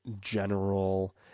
general